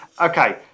Okay